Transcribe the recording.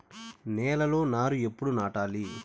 నేలలో నారు ఎప్పుడు నాటాలి?